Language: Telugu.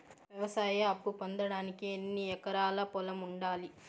వ్యవసాయ అప్పు పొందడానికి ఎన్ని ఎకరాల పొలం ఉండాలి?